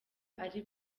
ari